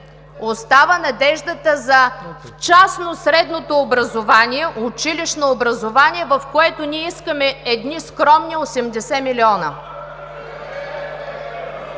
остава надеждата в частност за средното училищно образование, в което ние искаме едни скромни 80 милиона.